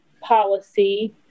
policy